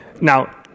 Now